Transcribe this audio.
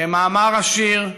כמאמר השיר,